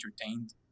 entertained